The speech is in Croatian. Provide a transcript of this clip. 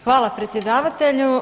Hvala, predsjedavatelju.